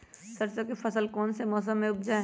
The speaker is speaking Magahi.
सरसों की फसल कौन से मौसम में उपजाए?